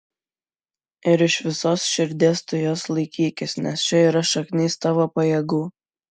ir iš visos širdies tu jos laikykis nes čia yra šaknys tavo pajėgų